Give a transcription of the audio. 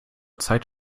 zeit